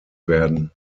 werden